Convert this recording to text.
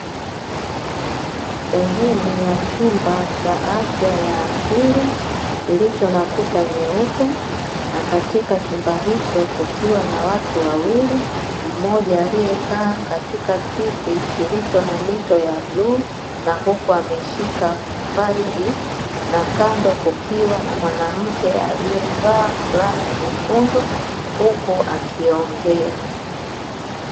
Sehemu ya chumba cha afya ya akili, kilicho na kuta nyeupe na katika chumba hicho kukiwa na watu wawili, mmoja alie kaa katika kiti kilicho na mito ya bluu na huku ameshika faili, na kando kukiwa na mwanamke alievaa flana nyekundu huku akiongea.